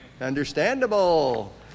Understandable